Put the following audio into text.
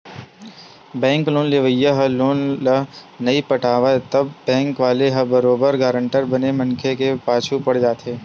bank loan लेवइया ह loan ल नइ पटावय त बेंक वाले ह बरोबर गारंटर बने मनखे के पाछू पड़ जाथे